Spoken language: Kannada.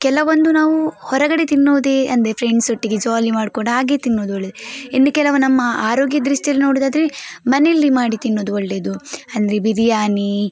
ಕೆಲವೊಂದು ನಾವು ಹೊರಗಡೆ ತಿನ್ನುವುದೇ ಅಂದರೆ ಫ್ರೆಂಡ್ಸ್ ಒಟ್ಟಿಗೆ ಜಾಲಿ ಮಾಡ್ಕೊಂಡು ಹಾಗೆ ತಿನ್ನುವುದು ಒಳ್ಳೆದು ಇನ್ನು ಕೆಲವು ನಮ್ಮ ಆರೋಗ್ಯ ದೃಷ್ಟಿಯಲ್ಲಿ ನೋಡುದಾದರೆ ಮನೆಯಲ್ಲಿ ಮಾಡಿ ತಿನ್ನುವುದು ಒಳ್ಳೆಯದು ಅಂದರೆ ಬಿರಿಯಾನಿ